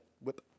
whip